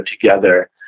together